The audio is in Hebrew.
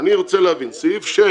סעיף 6